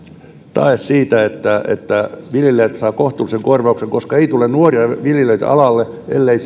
tae siitä että viljelijät saavat kohtuullisen korvauksen koska ei tule nuoria viljelijöitä alalle ellei